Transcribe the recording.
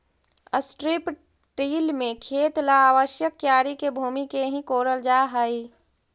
strip till में खेत ला आवश्यक क्यारी के भूमि के ही कोड़ल जा हई